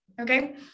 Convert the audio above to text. okay